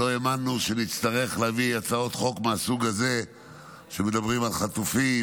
לא האמנו שנצטרך להביא הצעות חוק מהסוג הזה כשמדברים על חטופים,